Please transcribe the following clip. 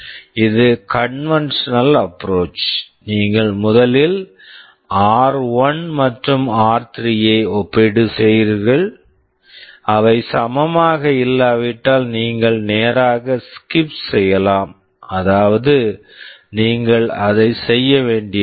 இது conventional approach conventional approach நீங்கள் முதலில் ஆர்1 r1 மற்றும் ஆர்3 r3 ஐ ஒப்பீடு செய்கிறீர்கள் அவை சமமாக இல்லாவிட்டால் நீங்கள் நேராக ஸ்கிப் skip செய்யலாம் அதாவது நீங்கள் அதை செய்ய வேண்டியதில்லை